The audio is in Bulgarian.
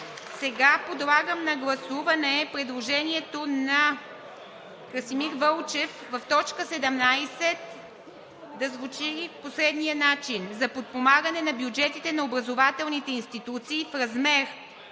Подлагам на гласуване предложението на Красимир Вълчев в т. 17 да звучи по следния начин: „За подпомагане на бюджетите на образователните институции в размер